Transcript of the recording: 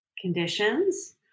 conditions